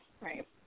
Right